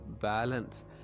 balance